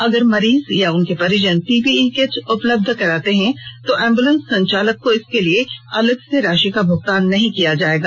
अगर मरीज या उनके परिजन पीपीई किट उपलब्ध कराते हैं तो एंब्लेंस संचालक को इसके लिए अलग से राशि का भुगतान नहीं किया जाएगा